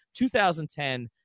2010